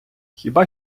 хіба